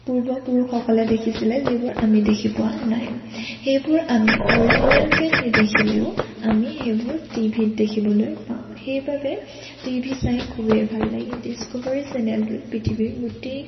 পূৰ্বপুৰুষসকলে দেখিছিলে যিবোৰ আমি দেখি পোৱা নাই সেইবোৰ আমি অ'ৰিজিনেলকৈ নেদেখিলেও আমি সেইবোৰ টিভিত দেখিবলৈ পাওঁ সেইবাবেই টিভি চাই খুবেই ভাল লাগে ডিষ্কভাৰী চেনেলটোত পৃথিৱীৰ গোটেই